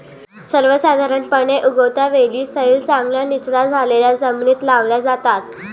सर्वसाधारणपणे, उगवत्या वेली सैल, चांगल्या निचरा झालेल्या जमिनीत लावल्या जातात